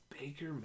Baker